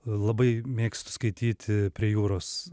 labai mėgstu skaityti prie jūros